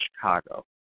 Chicago